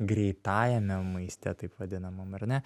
greitajame maiste taip vadinamam ar ne